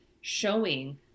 showing